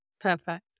perfect